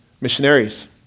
missionaries